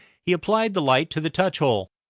he applied the light to the touch-hole.